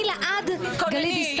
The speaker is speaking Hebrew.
תתכונני.